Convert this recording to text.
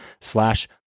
slash